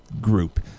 group